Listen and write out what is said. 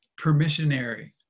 Permissionary